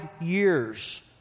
years